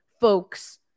folks